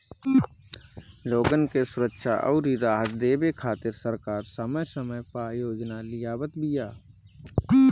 लोगन के सुरक्षा अउरी राहत देवे खातिर सरकार समय समय पअ योजना लियावत बिया